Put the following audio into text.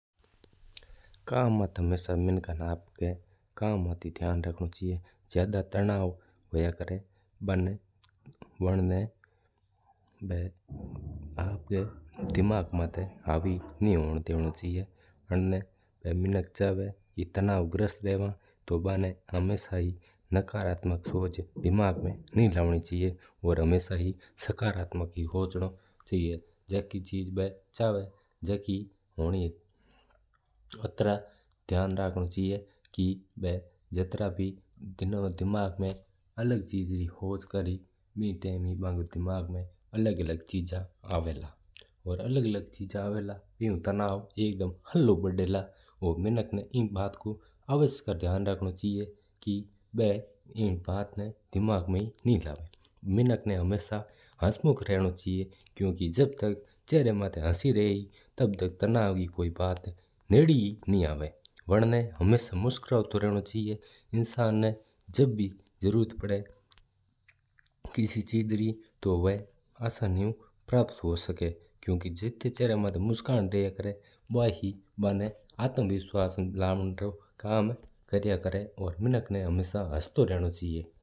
काम माता हमेशा मिंका ना काम रौ ही ध्यान राखणो चाहीजा। जितरा भी तनाव हुया बाना आपणा दिमाग माता हावी नीहुवणो देवणो चाहीजा। मिनक ना नकारात्मक सोच दिमाग में नीं लावणी चाहीजा। और हमेशा ही सकारात्मक सोचणो चाहिए जको चीज वा चावा वड़ो चीज्ज हुया। जद भी वा अलग अलग चीजा रौ सोच करो तो अलग अलग प्रकार री चीज वणी दिमाग में आवला और जितरा अलग-अलग विचार बणा दिमाग में आवला।